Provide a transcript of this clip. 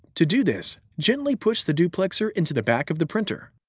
to do this, gently push the duplexer into the back of the printer.